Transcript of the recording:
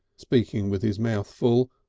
speaking with his mouth full,